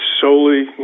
solely